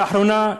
לאחרונה,